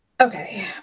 Okay